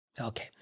Okay